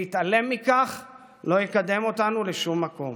להתעלם מכך לא יקדם אותנו לשום מקום.